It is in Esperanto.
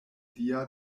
lia